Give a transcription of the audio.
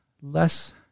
less